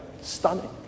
Stunning